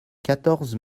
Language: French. quatorze